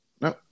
No